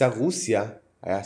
קיסר רוסיה היה סנדקו.